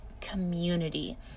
community